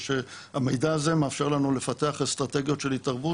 ושהמידע הזה מאפשר לנו לפתח אסטרטגיות של התערבות